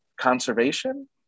conservation